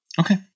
Okay